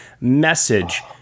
message